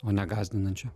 o ne gąsdinančią